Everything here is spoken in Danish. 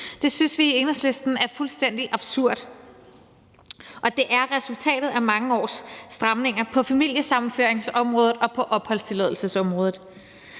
Det synes vi i Enhedslisten er fuldstændig absurd, og det er resultatet af mange års stramninger på familiesammenføringsområdet og på opholdstilladelsesområdet.